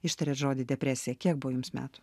ištarėt žodį depresija kiek buvo jums metų